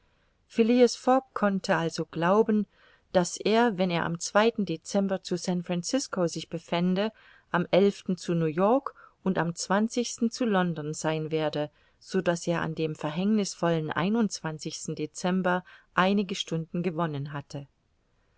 konnte also glauben daß er wenn er am dezember zu san francisco sich befände am zu new-york und am zu london sein werde so daß er an dem verhängnisvollen dezember einige stunden gewonnen hatte